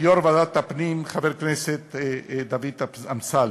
ויו"ר ועדת הפנים חבר הכנסת דוד אמסלם.